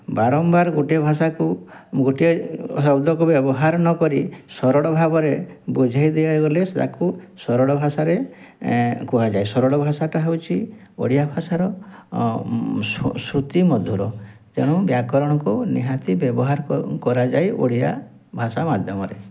ବାରମ୍ବାର ଗୋଟିଏ ଭାଷାକୁ ଗୋଟିଏ ଶବ୍ଦ କୁ ବ୍ୟବହାର ନକରି ସରଳ ଭାଷାରେ ବୁଝାଇ ଦିଆଗଲେ ତାକୁ ସରଳ କୁହାଯାଏ ସରଳ ଭାଷା ହେଉଛି ଶ୍ରୁତି ମଧୁର ତେଣୁ ବ୍ୟାକରଣକୁ ନିହାତି ବ୍ୟବହାର କରାଯାଏ ଓଡ଼ିଆ ଭାଷା ମାଧ୍ୟମରେ